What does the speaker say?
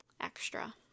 extra